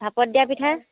ভাপত দিয়া পিঠা